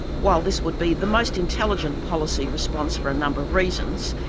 while this would be the most intelligent policy response for a number of reasons,